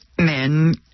men